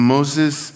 Moses